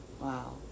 Wow